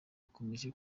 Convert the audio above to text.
bakomeje